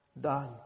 done